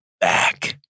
back